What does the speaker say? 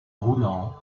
roulant